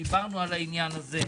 דיברנו על זה.